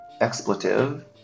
expletive